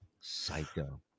Psycho